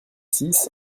six